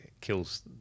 kills